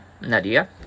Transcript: nadia